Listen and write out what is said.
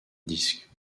disques